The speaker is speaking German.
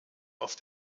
auf